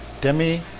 Demi